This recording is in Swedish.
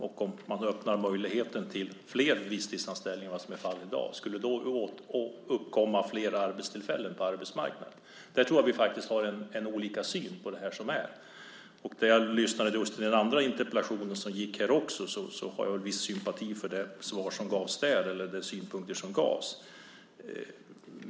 Om man öppnar möjligheten till fler visstidsanställningar än som är fallet i dag, skulle det då uppkomma fler arbetstillfällen på arbetsmarknaden? Där tror jag faktiskt att vi har olika syn. Jag lyssnade på den andra interpellationen som behandlades och kan säga att jag har viss sympati för de synpunkter som gavs.